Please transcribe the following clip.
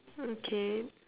okay